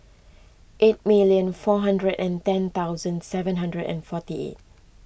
eight million four hundred and ten thousand seven hundred and forty eight